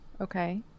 Okay